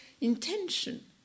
intention